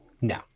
No